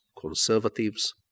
conservatives